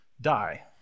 die